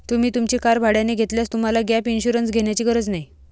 तुम्ही तुमची कार भाड्याने घेतल्यास तुम्हाला गॅप इन्शुरन्स घेण्याची गरज नाही